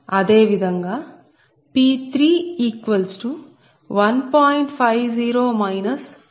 అదే విధంగా P31